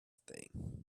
thing